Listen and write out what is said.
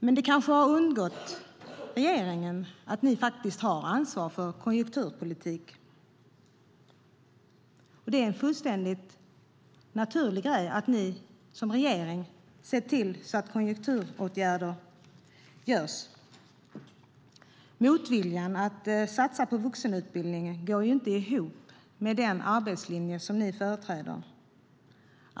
Men det har kanske undgått regeringen att man har ansvar för konjunkturpolitiken. Det är fullständigt naturligt att regeringen ser till att konjunkturåtgärder vidtas. Motviljan mot att satsa på vuxenutbildningen går inte ihop med den arbetslinje som ni företräder.